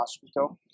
Hospital